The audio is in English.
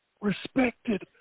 respected